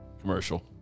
commercial